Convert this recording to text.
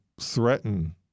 threaten